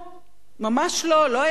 לא היה בו שמץ של רומנטיות.